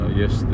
yes